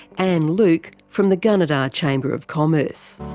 anne luke from the gunnedah chamber of commerce